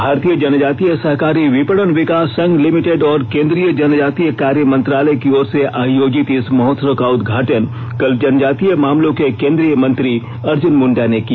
भारतीय जनजातीय सहकारी विपणन विकास संघ लिमिटेड और केन्द्रीय जनजातीय कार्य मंत्रालय की ओर से आयोजित इस महोत्सव का उदघाटन कल जनजातीय मामलों के केन्द्रीय मंत्री अर्जुन मुंडा ने किया